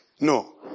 No